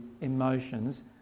emotions